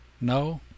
No